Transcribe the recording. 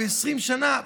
20 שנה,